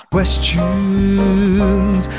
Questions